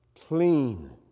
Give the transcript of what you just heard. clean